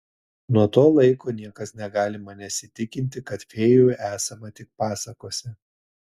nuo to laiko niekas negali manęs įtikinti kad fėjų esama tik pasakose